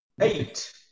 Eight